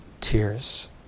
tears